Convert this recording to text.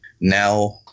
now